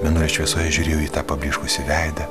mėnulio šviesoje žiūrėjau į tą pablyškusį veidą